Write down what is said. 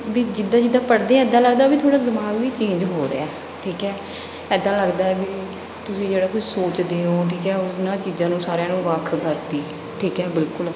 ਵੀ ਜਿੱਦਾਂ ਜਿੱਦਾਂ ਪੜ੍ਹਦੇ ਹਾਂ ਇੱਦਾ ਲੱਗਦਾ ਵੀ ਤੁਹਾਡਾ ਦਿਮਾਗ ਵੀ ਚੇਂਜ ਹੋ ਰਿਹਾ ਹੈ ਠੀਕ ਹੈ ਇੱਦਾਂ ਲੱਗਦਾ ਵੀ ਤੁਸੀਂ ਜਿਹੜਾ ਕੁਝ ਸੋਚਦੇ ਹੋ ਠੀਕ ਹੈ ਉਹਨਾਂ ਚੀਜ਼ਾਂ ਨੂੰ ਸਾਰਿਆਂ ਨੂੰ ਵੱਖ ਕਰਤੀ ਠੀਕ ਹੈ ਬਿਲਕੁਲ